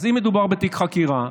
אם מדובר בתיק חקירה,